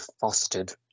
fostered